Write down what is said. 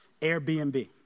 Airbnb